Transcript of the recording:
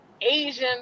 Asian